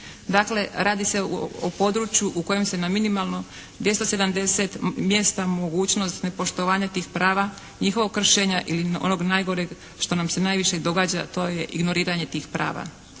Dakle, radi se o području u kojem se na minimalno 270 mjesta mogućnost nepoštovanja tih prava, njihovog kršenja ili onog najgore što nam se najviše i događa a to je ignoriranje tih prava.